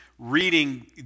reading